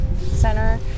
center